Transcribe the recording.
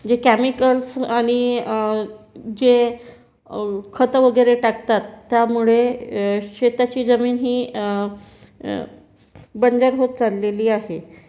जे कॅमिकल्स आणि जे खतं वगैरे टाकतात त्यामुळे शेताची जमीन ही बंजर होत चाललेली आहे